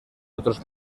otros